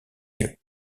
yeux